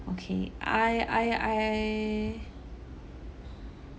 okay I I I